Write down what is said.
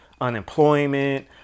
unemployment